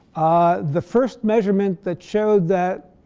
the first measurement that showed that,